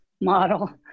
model